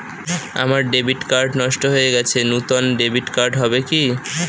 আমার debit card নষ্ট হয়ে গেছে নূতন ডেবিট কার্ড হবে কি?